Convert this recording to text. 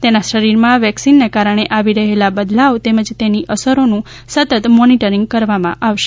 તેના શરીરમાં વેક્સિનના કારણે આવી રહેલા બદલાવ તેમજ તેની અસરોનું સતત મોનીટરીંગ કરવામાં આવશે